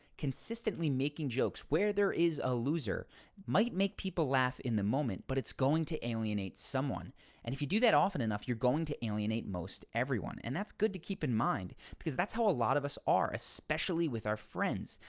consistently making jokes where there is a loser might make people laugh in the moment but it's going to alienate someone and if you do that often enough, you're going to alienate most everyone and that's good to keep in mind because that's how a lot of us are especially with our friends.